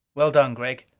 well done, gregg!